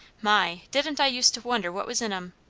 my! didn't i use to wonder what was in em!